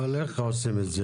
אבל איך עושים את זה?